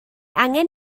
angen